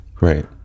Right